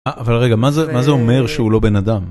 אבל רגע, מה זה אומר שהוא לא בן אדם?